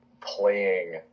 playing